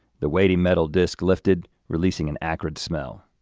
the weighty metal disk lifted, releasing an acrid smell.